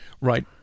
right